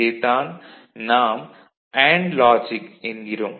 இதைத் தான் நாம் அண்டு லாஜிக் என்கிறோம்